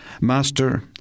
Master